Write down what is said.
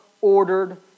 ordered